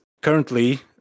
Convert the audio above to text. currently